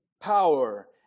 power